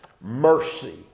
Mercy